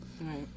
Right